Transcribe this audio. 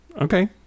okay